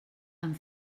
amb